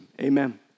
amen